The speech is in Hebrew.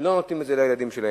ולא נותנים את זה לילדים שלהם,